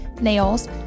nails